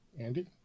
Andy